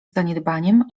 zaniedbaniem